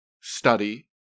study